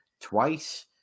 twice